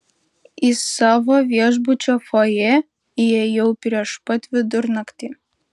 į savo viešbučio fojė įėjau prieš pat vidurnaktį